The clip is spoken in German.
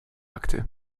akte